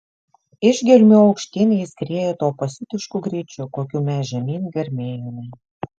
iš gelmių aukštyn jis skriejo tuo pasiutišku greičiu kokiu mes žemyn garmėjome